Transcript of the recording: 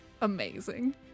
Amazing